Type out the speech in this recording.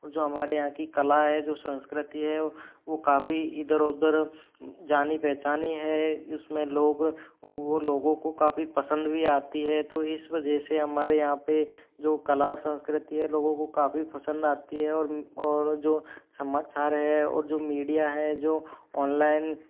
और जो हमारे यहाँ की कला है जो संस्कृति है वो काफ़ी इधर उधर जानी पहचानी है इसमें लोग वो लोगों को काफी पसंद भी आती है तो इस वजह से हमारे यहाँ पे जो कला और संस्कृति है लोगों को काफ़ी पसंद आती है और और जो समाचार है और जो मीडिया है जो ऑनलाइन